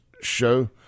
show